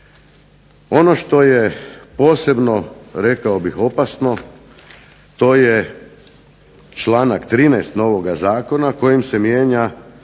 Ono što je posebno rekao bih opasno to je članak 13. novoga zakona kojim se mijenja